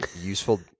useful